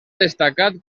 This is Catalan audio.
destacat